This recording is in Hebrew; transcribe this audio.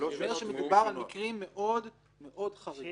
מדברות על מקרים מאוד מאוד חריגים.